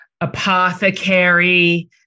apothecary